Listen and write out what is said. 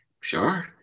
Sure